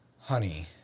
Honey